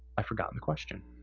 i've forgotten the question,